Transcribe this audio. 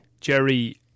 Jerry